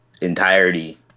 entirety